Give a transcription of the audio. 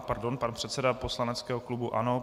Pardon, pan předseda poslaneckého klubu ANO.